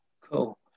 Cool